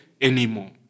anymore